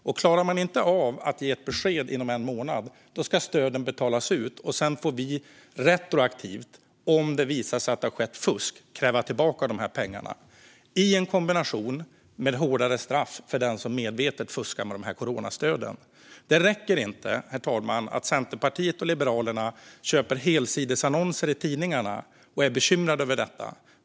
Om man inte klarar av att ge ett besked inom en månad ska stöden betalas ut, och sedan får vi retroaktivt kräva tillbaka pengarna om det visar sig att det har förekommit fusk - i kombination med hårdare straff för den som medvetet fuskar med coronastöden. Herr talman! Det räcker inte att Centerpartiet och Liberalerna köper helsidesannonser i tidningarna och är bekymrade över detta.